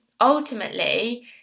ultimately